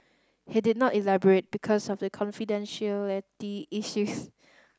he did not elaborate because of the confidentiality issues